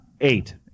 Eight